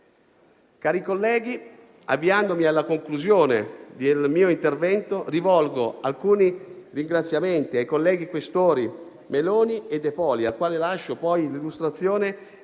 Cari colleghi, avviandomi alla conclusione del mio intervento, rivolgo alcuni ringraziamenti ai colleghi Questori, Meloni e De Poli, al quale ultimo lascio l'illustrazione